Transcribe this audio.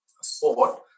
sport